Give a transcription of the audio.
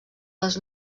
les